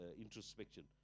introspection